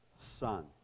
son